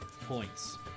points